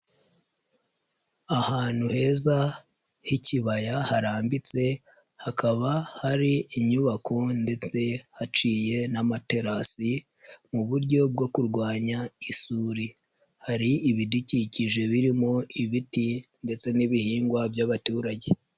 Ahantu heza h'ikibaya harambitse hakaba hari inyubako ndetse haciye n'amaterasi mu buryo bwo kurwanya isuri, hari ibidukikije birimo ibiti ndetse n'ibihingwa by'abaturage.